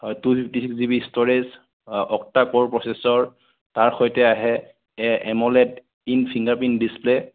হয় two fifty GB storage অ octa core processor তাৰ সৈতে আহে a AMOLED in fingerprint display